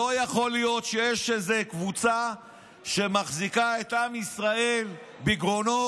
לא יכול להיות שיש איזו קבוצה שמחזיקה את עם ישראל בגרונו,